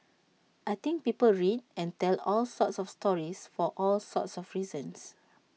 I think people read and tell all sorts of stories for all sorts of reasons